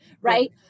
Right